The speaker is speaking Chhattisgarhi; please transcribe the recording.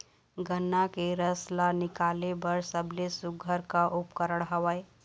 गन्ना के रस ला निकाले बर सबले सुघ्घर का उपकरण हवए?